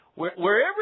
Wherever